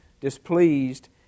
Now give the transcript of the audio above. displeased